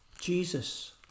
Jesus